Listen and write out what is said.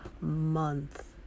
month